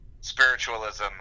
spiritualism